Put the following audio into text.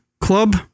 club